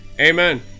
amen